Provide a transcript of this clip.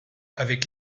avec